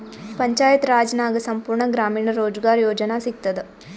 ಪಂಚಾಯತ್ ರಾಜ್ ನಾಗ್ ಸಂಪೂರ್ಣ ಗ್ರಾಮೀಣ ರೋಜ್ಗಾರ್ ಯೋಜನಾ ಸಿಗತದ